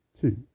two